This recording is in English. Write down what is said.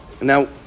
Now